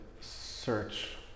search